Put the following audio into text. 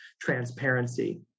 transparency